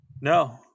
No